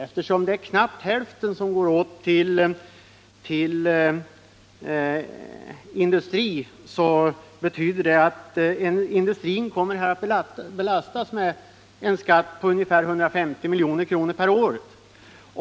Eftersom industrin använder knappt hälften av elförbrukningen betyder detta att industrin kommer att belastas med en skatt på ungefär 150 milj.kr. per år.